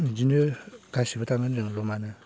बिदिनो गासिबो थांगोन जों रुमानो